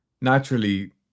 naturally